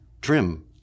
trim